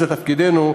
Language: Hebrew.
וזה תפקידנו,